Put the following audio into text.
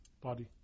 body